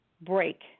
break